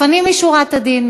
לפנים משורת הדין,